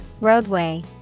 Roadway